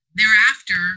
Thereafter